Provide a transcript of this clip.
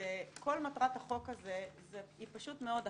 שכל מטרת החוק הזה היא פשוט מאוד אחת: